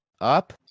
Up